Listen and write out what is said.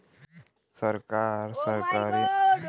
सरकार, सरकारी स्तर पर ढेरे योजना खातिर बजट से फंडिंग करेले